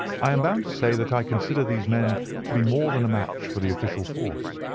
i am bound to say that i consider these men to be more than a match for the official force,